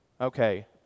okay